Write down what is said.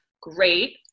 great